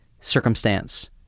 circumstance